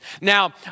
Now